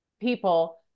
people